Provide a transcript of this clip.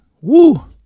Woo